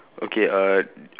okay uh